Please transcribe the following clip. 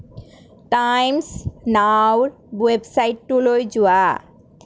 Times নাওৰ ৱেবছাইটটোলৈ যোৱা